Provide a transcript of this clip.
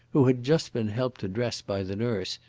who had just been helped to dress by the nurse,